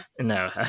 No